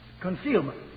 Concealment